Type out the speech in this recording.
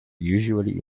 usually